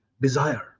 desire